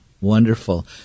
wonderful